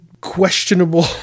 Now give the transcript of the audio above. questionable